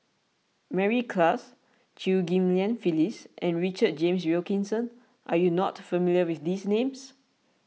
Mary Klass Chew Ghim Lian Phyllis and Richard James Wilkinson are you not familiar with these names